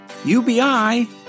UBI